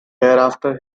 thereafter